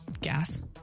Gas